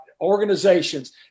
organizations